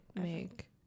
make